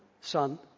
son